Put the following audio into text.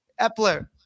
Epler